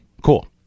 Cool